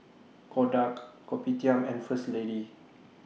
Kodak Kopitiam and First Lady